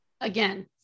again